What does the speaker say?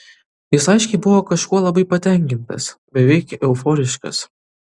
jis aiškiai buvo kažkuo labai patenkintas beveik euforiškas